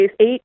eight